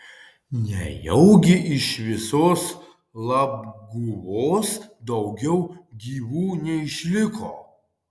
nejaugi iš visos labguvos daugiau gyvų neišliko